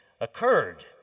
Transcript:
occurred